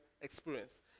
experience